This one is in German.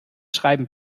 schreiben